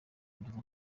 kugeza